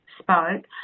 spoke